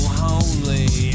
holy